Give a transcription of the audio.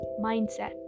mindset